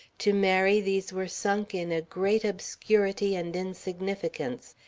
to mary these were sunk in a great obscurity and insignificance,